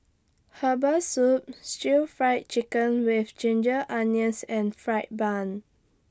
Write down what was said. Herbal Soup Stir Fry Chicken with Ginger Onions and Fried Bun